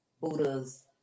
Buddha's